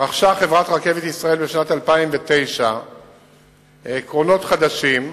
רכשה חברת "רכבת ישראל" בשנת 2009 קרונות חדשים.